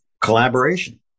collaboration